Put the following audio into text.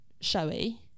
showy